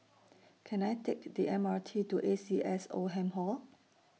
Can I Take The M R T to A C S Oldham Hall